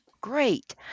Great